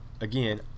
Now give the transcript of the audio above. again